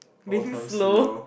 being slow